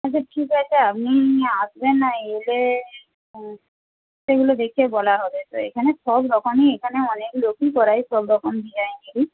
আচ্ছা ঠিক আছে আপনি আসবেন না এলে সেগুলো দেখে বলা হবে তো এখানে সবরকমই এখানে অনেক লোকই করায় সব রকম ডিজাইনেরই